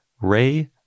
Ray